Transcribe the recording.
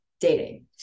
dating